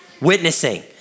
witnessing